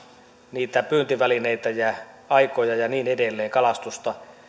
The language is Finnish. niitä pyyntivälineitä ja aikoja ja niin edelleen kalastusta